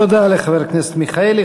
תודה לחבר הכנסת מיכאלי,